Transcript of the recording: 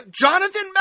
Jonathan